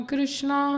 Krishna